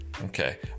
Okay